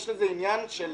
יש לזה עניין של